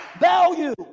value